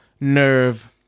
nerve